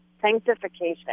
sanctification